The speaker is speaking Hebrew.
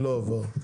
לא עבר.